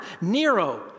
Nero